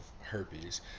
herpes